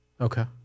Okay